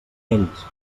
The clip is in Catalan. ells